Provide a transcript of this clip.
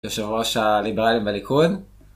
יושב ראש הליברלים בליכוד